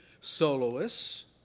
soloists